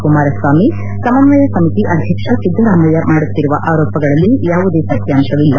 ಕುಮಾರಸ್ವಾಮಿ ಸಮನ್ನಯ ಸಮಿತಿ ಅಧ್ಯಕ್ಷ ಸಿದ್ದರಾಮಯ್ಯ ಮಾಡುತ್ತಿರುವ ಆರೋಪಗಳಲ್ಲಿ ಯಾವುದೇ ಸತ್ನಾಂಶವಿಲ್ಲ